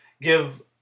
give